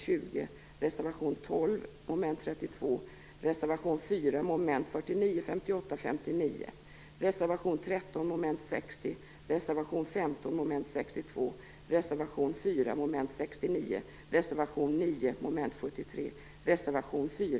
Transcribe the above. Jag yrkar bifall till reservationerna nr